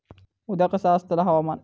उद्या कसा आसतला हवामान?